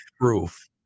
proof